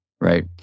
right